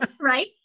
right